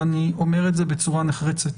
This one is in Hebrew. ואני אומר את זה בצורה נחרצת.